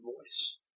voice